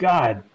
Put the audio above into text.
God